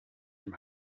from